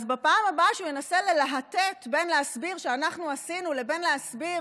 אז בפעם הבאה שהוא ינסה ללהטט בין להסביר שאנחנו עשינו לבין להסביר